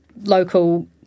local